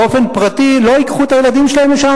באופן פרטי לא ייקחו את הילדים שלהם לשם,